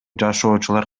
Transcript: жашоочулар